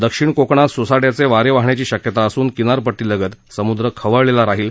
दक्षिण कोकणात सोसाट्याचे वारे वाहण्याची शक्यता असून किनारपट्टीलगत समुद्र खवळलेला राहील